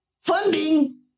funding